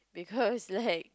because like